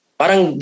parang